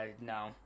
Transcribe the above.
no